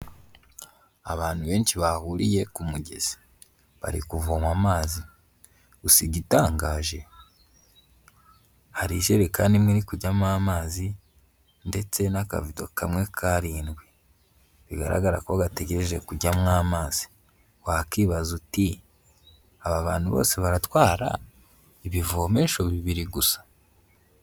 Abantu benshi bahuriye ku mugezi, bari kuvoma amazi. Gusa igitangaje hari ijerekani imwe iri kujyamo amazi, ndetse n'akavido kamwe karindwi bigaragara ko gategereje kujyamo amazi. Wakwibaza uti,''aba bantu bose baratwara ibivomesho bibiri gusa?''